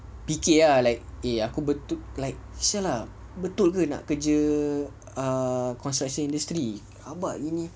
fikir ah I like aku betul like [sial] ah betul ke nak kerja err construction industry rabak gini